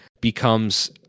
becomes